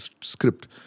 script